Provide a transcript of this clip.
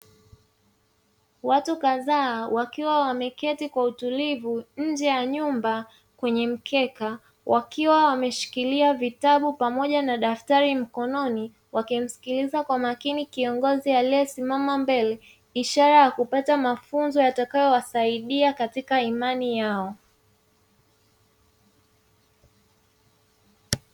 Watu kadhaa wakiwa wameketi kwa utulivu nje ya nyumba kwenye mkeka, wakiwa wameshikilia vitabu pamoja na daftari mkononi wakimsikiliza kwa makini kiongozi aliye simama mbele. Ishara ya kupata mafunzo yatakayowasaidia katika imani yao